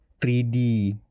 3D